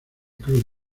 cruz